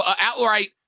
outright